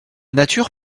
nature